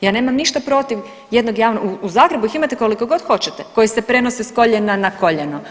Ja nemam ništa protiv jednog .../nerazumljivo/... u Zagrebu ih imate koliko god hoćete koji se prenose s koljena na koljeno.